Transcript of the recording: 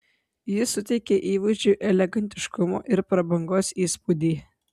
ji suteikia įvaizdžiui elegantiškumo ir prabangos įspūdį